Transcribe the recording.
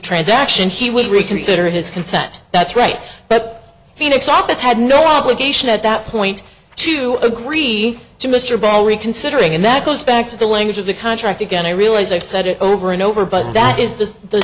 transaction he would reconsider his consent that's right phoenix office had no obligation at that point to agree to mr bell reconsidering and that goes back to the language of the contract again i realize i've said it over and over but that is this the